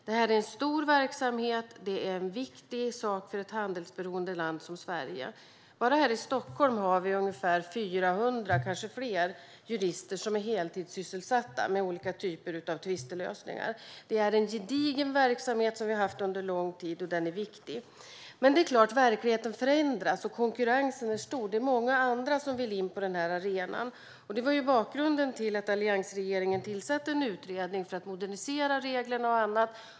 Detta är en stor verksamhet och en viktig sak för ett handelsberoende land som Sverige. Bara här i Stockholm har vi ungefär 400, kanske fler, jurister som är heltidssysselsatta med olika typer av tvistlösningar. Det är en gedigen verksamhet som vi har haft under lång tid, och den är viktig. Men det är klart att verkligheten förändras, och konkurrensen är stor. Det är många andra som vill in på den här arenan. Det var bakgrunden till att alliansregeringen tillsatte en utredning för att modernisera reglerna.